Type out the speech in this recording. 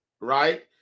right